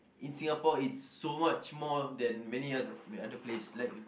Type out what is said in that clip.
in Singapore it's so much more than many other other place like